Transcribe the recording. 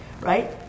Right